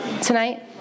tonight